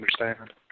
understand